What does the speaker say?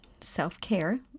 self-care